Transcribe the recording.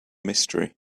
mystery